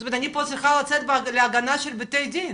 זאת אומרת אני פה לצאת להגנה של בתי הדין,